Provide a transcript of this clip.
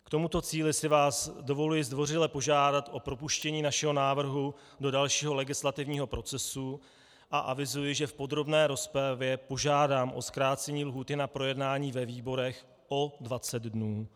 K tomuto cíli si vás dovoluji zdvořile požádat o propuštění našeho návrhu do dalšího legislativního procesu a avizuji, že v podrobné rozpravě požádám o zkrácení lhůty na projednání ve výborech o 20 dnů.